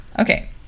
Okay